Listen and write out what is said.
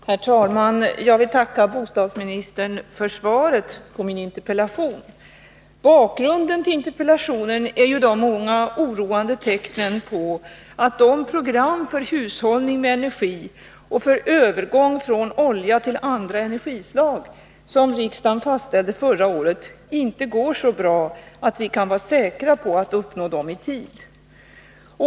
Herr talman! Jag vill tacka bostadsministern för svaret på min interpellation. Bakgrunden till interpellationen är de många oroande tecknen på att det program för hushållning med energi och för övergång från olja till andra energislag som riksdagen fastställde förra året inte går så bra att vi kan vara säkra på att uppnå målet i tid.